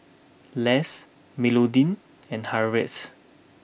Less Melodee and Harriette